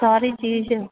ਸਾਰੀ ਚੀਜ਼